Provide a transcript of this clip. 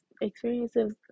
experiences